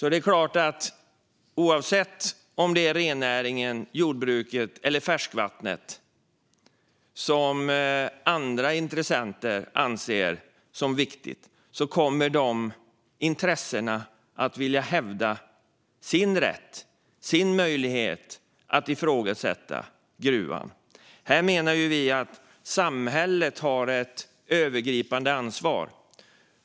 Oavsett om det handlar om rennäringen, jordbruket eller färskvattnet, som andra intressenter ser som viktiga, är det klart att de intressena kommer att vilja hävda sin rätt och sin möjlighet att ifrågasätta gruvan. Här menar vi att samhället har ett övergripande ansvar.